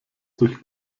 durch